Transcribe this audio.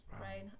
right